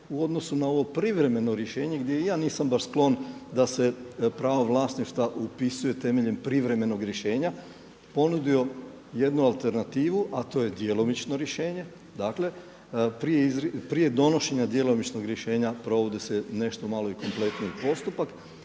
u odnosu na ovo privremeno rješenje gdje ja nisam baš sklon da se pravo vlasništva upisuje temeljem privremenog rješenja ponudio jednu alternativu, a to je djelomično rješenje. Dakle prije donošenja djelomičnog rješenja provode se nešto malo i kompletniji postupak.